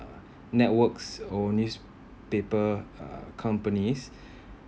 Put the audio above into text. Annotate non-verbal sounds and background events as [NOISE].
uh networks or newspaper uh companies [BREATH]